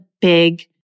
big